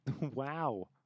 Wow